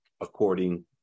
according